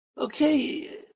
Okay